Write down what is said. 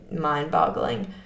mind-boggling